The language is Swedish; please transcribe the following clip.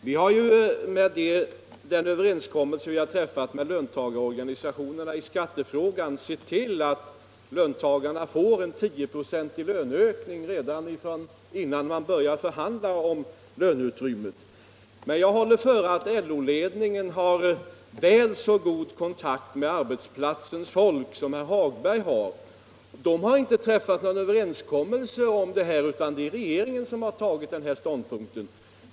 förhindra spräng Herr talman! Den överenskommelse som vi har träffat med lönta = ningsolvckor på garorganisationerna i skattefrågan innebär att löntagarna får en 10-pro = arbetsplatser centig löneökning redan innan man börjar förhandla om löneutrymmet. Men jag håller före att LO-ledningen har väl så god kontakt med ar betsplatsernas folk som herr Hagberg i Borlänge har. LO har inte träffat någon överenskommelse om detta, utan det är regeringen som har intagit denna ståndpunkt.